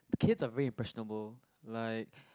kids are really impressionable like